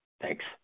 Thanks